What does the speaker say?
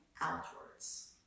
outwards